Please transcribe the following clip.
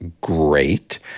Great